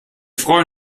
freuen